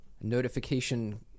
notification